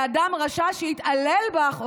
באדם רשע שהתעלל בך,